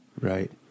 right